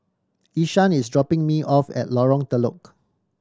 Ishaan is dropping me off at Lorong Telok